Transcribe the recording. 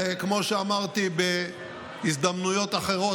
וכמו שאמרתי בהזדמנויות אחרות,